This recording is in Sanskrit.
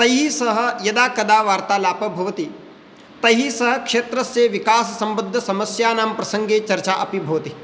तैः सह यदा कदा वार्तालापः भवति तैः सह क्षेत्रस्य विकाससम्बद्धसमस्यानां प्रसङ्गे चर्चा अपि भवति